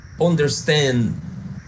understand